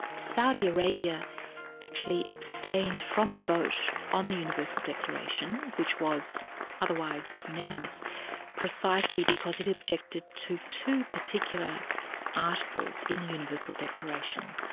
saudi arabia actually abstained from the vote on the universal declaration, which was otherwise unanimous precisely because it objected to two particular articles in the universal declaration.